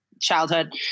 childhood